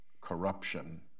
corruption